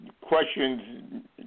Questions